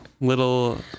Little